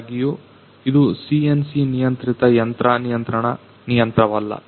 ಆದಾಗ್ಯೂ ಇದು ಸಿಎನ್ಸಿ ನಿಯಂತ್ರಿತ ಯಂತ್ರ ನಿಯಂತ್ರಣ ಯಂತ್ರವಲ್ಲ